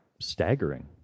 staggering